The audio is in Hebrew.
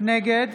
נגד